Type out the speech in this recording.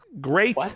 Great